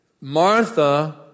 Martha